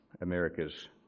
America's